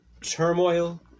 turmoil